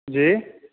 जी